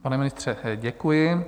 Pane ministře, děkuji.